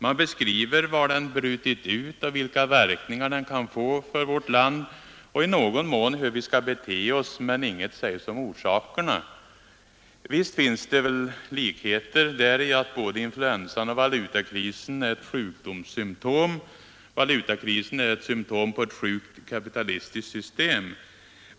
Man beskriver var den brutit ut, vilka verkningar den kan få för vårt land och i någon mån hur vi skall bete oss, men inget sägs om orsakerna. Visst finns det också likheter genom att både influensan och valutakrisen är sjukdomssymtom. Valutakrisen är symtom på ett sjukt kapitalistiskt samhälle.